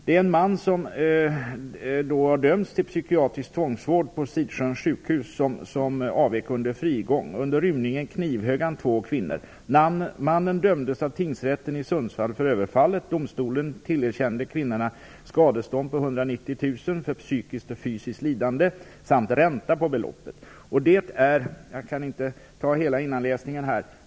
Där framgår det att en man hade dömts till psykiatrisk tvångsvård på Sidsjöns sjukhus. Jag kan inte läsa allt innantill.